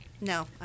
No